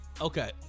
Okay